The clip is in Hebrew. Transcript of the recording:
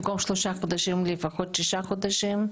במקום שלושה חודשים "לפחות שישה חודשים"?